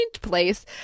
place